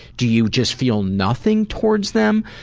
do you just feel nothing towards them?